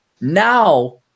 now